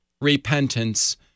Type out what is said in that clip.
repentance